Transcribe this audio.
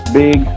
big